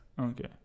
Okay